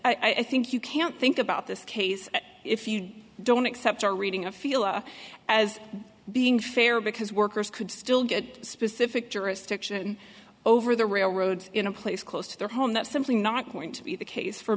i think you can't think about this case if you don't accept or reading a feel as being fair because workers could still get specific jurisdiction over the railroad in a place close to their home that's simply not going to be the case for